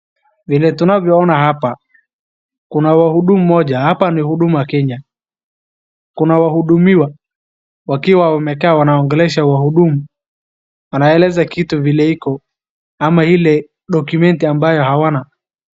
Vile tunavyoona hapa, kuna wahudumu mmoja hapa ni huduma Kenya. Kuna wahudumiwa wakiwa wamekaa wanaongelesha wahudumu, wanaeleza kitu vile iko, ama ile document ambayo hawana.